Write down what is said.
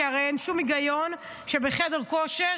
כי הרי אין שום היגיון שבחדר כושר,